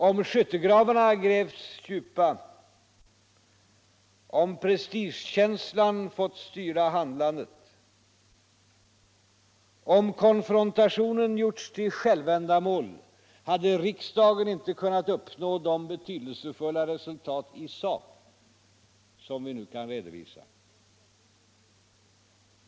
Om skyttegravarna grävts djupa, om prestigekänslan fått styra handlandet, om konfrontationen gjorts till självändamål hade riksdagen inte kunnat uppnå de betydelsefulla resultat i sak som vi nu kan redovisa.